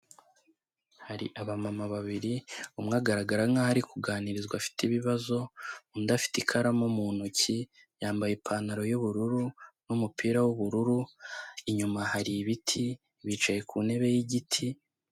Hari abamama babiri umwe agaragara nkaho ari kuganirizwa afite ibibazo undi afite ikaramu mu ntoki yambaye ipantaro y'ubururu n'umupira w'ubururu, inyuma hari ibiti bicaye ku ntebe y'igiti.